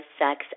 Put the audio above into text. sex